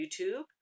YouTube